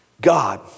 God